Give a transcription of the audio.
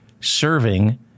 serving